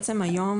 היום